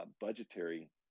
budgetary